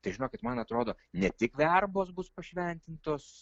tai žinokit man atrodo ne tik verbos bus pašventintos